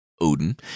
Odin